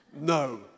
No